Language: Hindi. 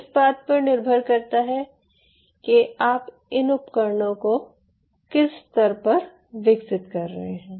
तो इस बात पर निर्भर करता है कि आप इन उपकरणों को किस स्तर पर विकसित कर रहे हैं